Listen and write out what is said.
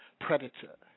predator